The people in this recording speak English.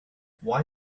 why